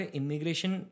immigration